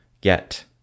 get